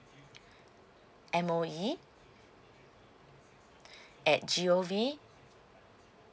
M O E at G O V